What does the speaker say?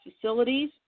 facilities